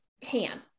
tan